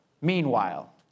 Meanwhile